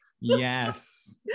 Yes